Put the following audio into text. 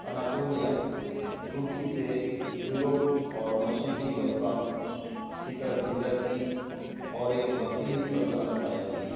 Anatolia ترکی سے یورپ اور مشرقی وسطی کی طرف ہجرت کی اور ایک وسیع سلطنت قائم کی